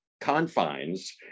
confines